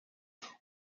moderne